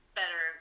better